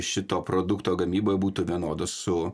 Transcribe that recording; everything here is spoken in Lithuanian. šito produkto gamyboj būtų vienodos su